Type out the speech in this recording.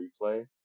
Replay